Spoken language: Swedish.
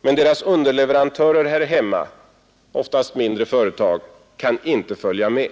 men deras underleverantörer här hemma — oftast mindre företag — kan inte följa med.